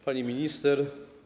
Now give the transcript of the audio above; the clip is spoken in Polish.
Pani Minister!